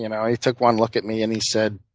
you know he took one look at me and he said,